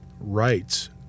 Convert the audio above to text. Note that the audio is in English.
rights